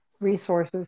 resources